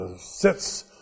sits